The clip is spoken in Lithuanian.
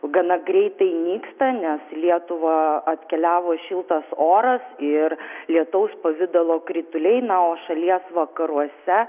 gana greitai nyksta nes į lietuvą atkeliavo šiltas oras ir lietaus pavidalo krituliai na o šalies vakaruose